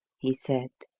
he said.